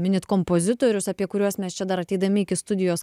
minite kompozitorius apie kuriuos mes čia dar ateidami iki studijos